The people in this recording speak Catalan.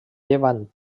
llevant